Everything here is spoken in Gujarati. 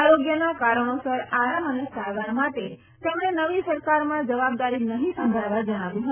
આરોગ્યના કારણોસર આરામ અને સારવાર માટે તેમણે નવી સરકારમાં જવાબદારી નહીં સંભાળવા જણાવ્યું હતું